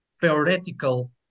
theoretical